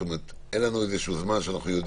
אין לנו זמן ידוע?